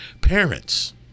Parents